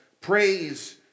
praise